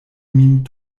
min